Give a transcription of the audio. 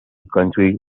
county